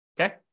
okay